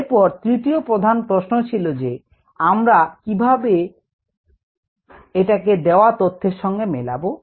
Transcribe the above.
এরপর তৃতীয় প্রধান প্রশ্ন ছিল যে আমরা কিভাবে এটাকে দেওয়া তথ্যের সঙ্গে মেলাবো